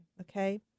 Okay